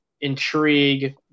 intrigue